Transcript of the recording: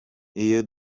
iyo